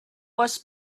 was